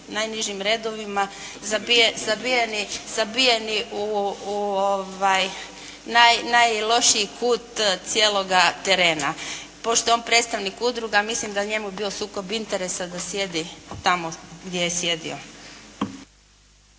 najnižim redovima zabijeni u najlošiji kut cijeloga terena. Pošto je on predstavnik udruga mislim da bi njemu bio sukob interesa da sjedi tamo gdje je sjedio.